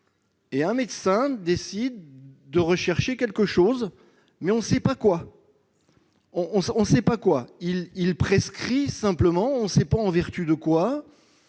et un médecin décide de rechercher quelque chose, mais on ne sait pas quoi. Il prescrit- on ne sait pas en vertu de quoi